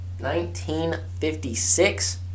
1956